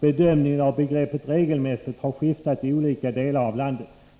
”Bedömningen av begreppet "regelmässigt" har skiftat i olika delar av landet.